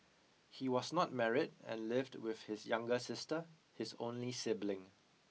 he was not married and lived with his younger sister his only sibling